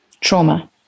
trauma